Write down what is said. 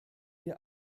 wir